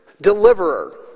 deliverer